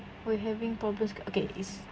we're having problems okay it's